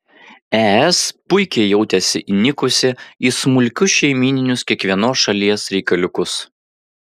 es puikiai jautėsi įnikusi į smulkius šeimyninius kiekvienos šalies reikaliukus